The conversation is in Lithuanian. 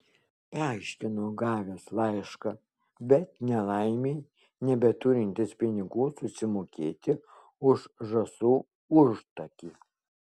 paaiškino gavęs laišką bet nelaimei nebeturintis pinigų susimokėti už žąsų užtakį